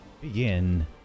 begin